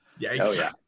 Yikes